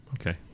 Okay